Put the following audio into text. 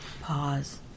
Pause